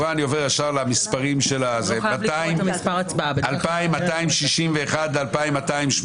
רוויזיה מס' 103, מתייחסת להסתייגויות 2060-2041,